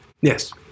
Yes